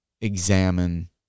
examine